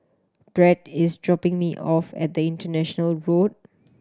Bret is dropping me off at the International Road